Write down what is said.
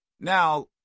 Now